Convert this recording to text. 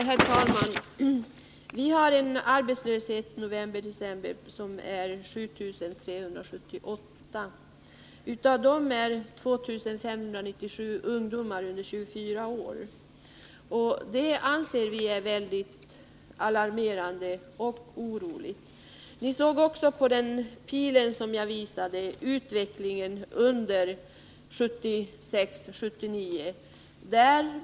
Herr talman! Vi har i november och december 7 378 arbetslösa. Av dem är 2597 ungdomar under 24 år, och det anser vi vara väldigt alarmerande. Av den pil som jag visade på bildskärmen såg vi hur utvecklingen åren 1976-1979 ser ut.